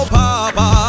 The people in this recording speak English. papa